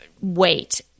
wait